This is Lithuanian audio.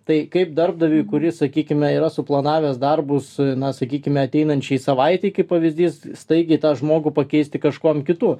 tai kaip darbdaviui kuris sakykime yra suplanavęs darbus na sakykime ateinančiai savaitei kaip pavyzdys staigiai tą žmogų pakeisti kažkuom kitu